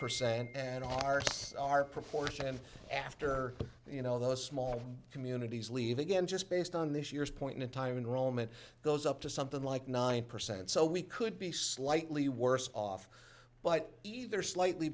percent and hearts are proportioned after you know those small communities leave again just based on this year's point in time in rome it goes up to something like nine percent so we could be slightly worse off but either slightly